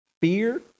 fear